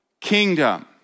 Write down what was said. kingdom